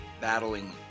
battling